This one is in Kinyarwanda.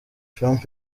trump